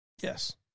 Yes